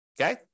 Okay